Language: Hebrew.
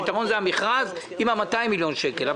הפתרון הוא המכרז עם 200 מיליון שקל,